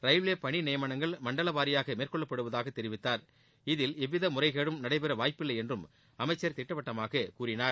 railway பணி நியமனங்கள் மண்டல வாரியாக மேற்கொள்ளப்படுவதாக தெரிவித்தார் இதில் எவ்வித முறைகேடும் நடைபெற வாய்ப்பில்லை என்றும் அமைச்சர் திட்டவட்டமாக கூறினார்